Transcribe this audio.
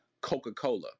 Coca-Cola